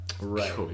right